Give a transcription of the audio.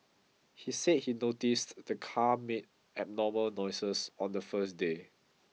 he said he noticed the car made abnormal noises on the first day